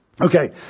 okay